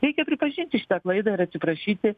reikia pripažinti šitą klaidą ir atsiprašyti